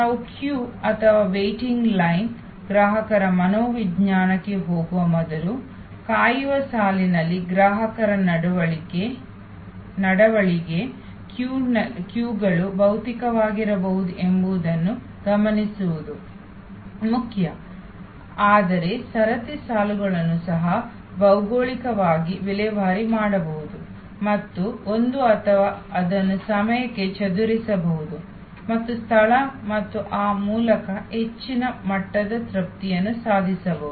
ನಾವು ಸರದಿ ಅಥವಾ ವೇಟಿಂಗ್ ಲೈನ್ನಲ್ಲಿ ಗ್ರಾಹಕರ ಮನೋವಿಜ್ಞಾನಕ್ಕೆ ಹೋಗುವ ಮೊದಲು ಕಾಯುವ ಸಾಲಿನಲ್ಲಿ ಗ್ರಾಹಕರ ನಡವಳಿಕೆ ಸರದಿಗಳು ಭೌತಿಕವಾಗಿರಬಹುದು ಎಂಬುದನ್ನು ಗಮನಿಸುವುದು ಮುಖ್ಯ ಆದರೆ ಸರತಿ ಸಾಲುಗಳನ್ನು ಸಹ ಭೌಗೋಳಿಕವಾಗಿ ವಿಲೇವಾರಿ ಮಾಡಬಹುದು ಮತ್ತು ಒಂದು ಅಥವಾ ಅದನ್ನು ಸಮಯಕ್ಕೆ ಚದುರಿಸಬಹುದು ಮತ್ತು ಸ್ಥಳ ಮತ್ತು ಆ ಮೂಲಕ ಹೆಚ್ಚಿನ ಮಟ್ಟದ ತೃಪ್ತಿಯನ್ನು ಸಾಧಿಸಬಹುದು